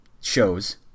shows